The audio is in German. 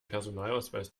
personalausweis